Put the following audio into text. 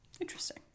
Interesting